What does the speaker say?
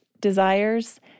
desires